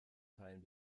teilen